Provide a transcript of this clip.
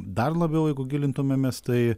dar labiau jeigu gilintumėmės tai